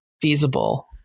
feasible